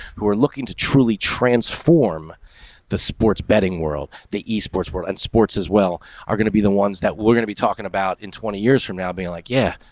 who are looking to truly transform the sports betting world, the ea sports world and sports as well are gonna be the ones that we're gonna be talking about in twenty years from now. being like, yeah,